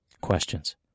questions